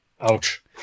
Ouch